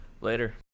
Later